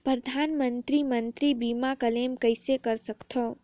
परधानमंतरी मंतरी बीमा क्लेम कइसे कर सकथव?